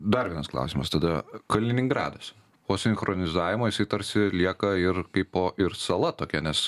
dar vienas klausimas tada kaliningradas po sinchronizavimo jisai tarsi lieka ir kaipo ir sala tokia nes